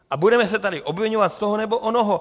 A budeme se tady obviňovat z toho nebo onoho.